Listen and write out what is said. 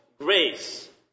grace